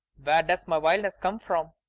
where does my wildness come from?